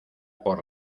por